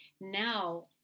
now